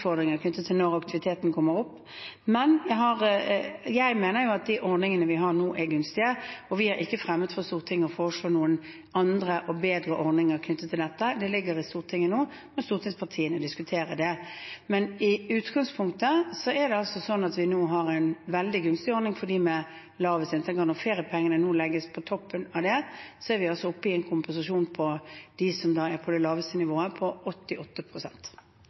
når aktiviteten kommer opp. Jeg mener at de ordningene vi har nå, er gunstige, og vi har ikke fremmet for Stortinget å foreslå noen andre og bedre ordninger knyttet til dette. Det ligger i Stortinget nå, og så må stortingspartiene diskutere det. I utgangspunktet er det altså sånn at vi nå har en veldig gunstig ordning for dem med lavest inntekt, og når feriepengene nå legges på toppen av det, er vi oppe i en kompensasjon for dem som er på det laveste nivået, på